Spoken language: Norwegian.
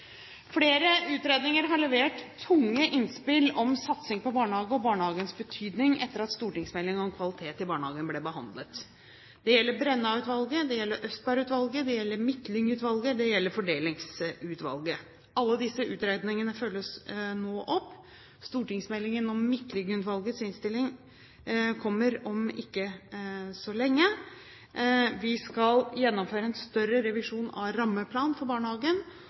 Flere utredninger har levert tunge innspill om satsing på barnehagen og barnehagens betydning etter at stortingsmeldingen om kvalitet i barnehager ble behandlet. Det gjelder Brenna-utvalget, det gjelder Østberg-utvalget, det gjelder Midtlyng-utvalget, det gjelder Fordelingsutvalget. Alle disse utredningene følges nå opp. Stortingsmeldingen om Midtlyng-utvalgets innstilling kommer om ikke så lenge. Vi skal gjennomføre en større revisjon av rammeplanen for barnehagen.